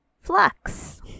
Flux